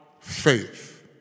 faith